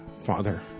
Father